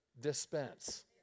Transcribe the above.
dispense